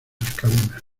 cadenas